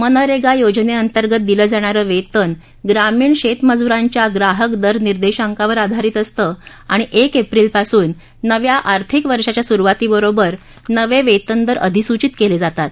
मनरेगा योजने अंतर्गत दिलं जाणारं वेतन ग्रामीण शेतमजुरांच्या ग्राहक दर निर्देशांकावर आधारित असतं आणि एक एप्रिलपासून नव्या आर्थिक वर्षाच्या सुरुवातीबरोबर नवे वेतन दर अधिसूचित केले जातात